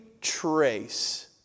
trace